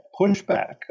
pushback